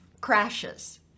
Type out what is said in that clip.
crashes